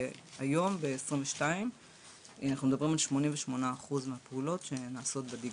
והיום ב-2022 אחנו מדברים על 88% מהפעולות שנעשות בדיגיטל.